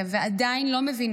ועדיין לא מבינים.